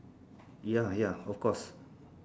ya ya of course